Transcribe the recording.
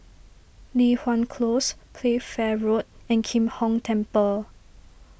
Li Hwan Close Playfair Road and Kim Hong Temple